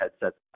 headsets